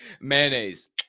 mayonnaise